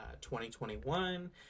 2021